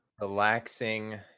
relaxing